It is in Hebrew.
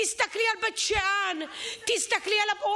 תסתכלי על בית שאן, תסתכלי, אל תצעקי.